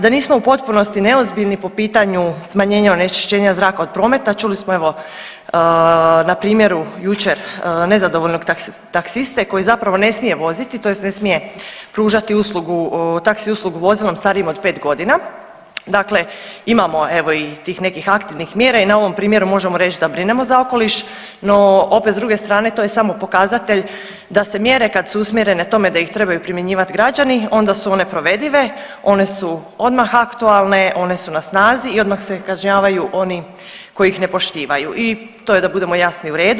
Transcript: Da nismo u potpunosti neozbiljni po pitanju smanjenja onečišćenja zraka od prometa čuli smo evo na primjeru jučer nezadovoljnog taksiste koji zapravo ne smije voziti tj. ne smije pružati uslugu, taksi uslugu vozilom starijim od 5.g., dakle imamo evo i tih nekih aktivnih mjera i na ovom primjeru možemo reć da brinemo za okoliš, no opet s druge strane to je samo pokazatelj da se mjere kad su usmjerene tome da ih trebaju primjenjivat građani onda su one provedive, one su odmah aktualne, one su na snazi i odmah se kažnjavaju oni koji ih ne poštivaju i to je da budemo jasni u redu.